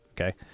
okay